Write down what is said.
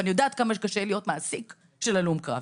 ואני יודעת כמה קשה להיות מעסיק של הלום קרב.